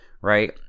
right